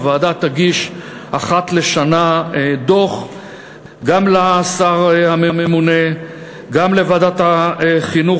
הוועדה תגיש אחת לשנה דוח גם לשר הממונה וגם לוועדת החינוך,